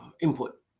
input